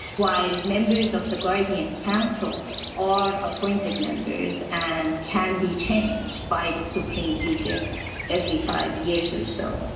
while members of the guardian council are appointed members and can be changed by the supreme leader every five years or so.